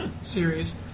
series